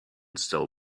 stole